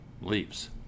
leaves